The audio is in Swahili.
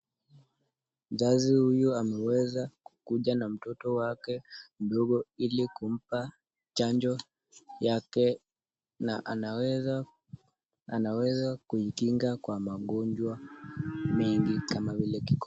Mzazi huyu ameweza kukuja na mtoto wake mdogo ili kumpa chanjo yake, na anaweza kumchunga kwa magonjw mengi sana kama vile kikohozi.